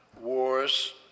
wars